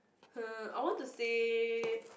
uh I want to say